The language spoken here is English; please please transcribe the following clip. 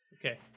Okay